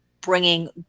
bringing